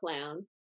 Clown